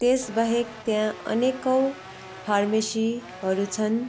त्यसबाहेक त्यहाँ अनेकौँ फार्मेसीहरू छन्